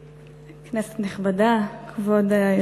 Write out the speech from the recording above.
היושבת-ראש, כנסת נכבדה, אני